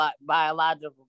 biological